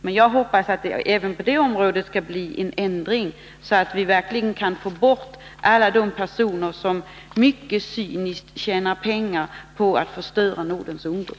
Men jag hoppas att det även på det området skall bli en ändring, så att vi äntligen kan få bort alla de personer som mycket cyniskt tjänar pengar på att förstöra Nordens ungdom.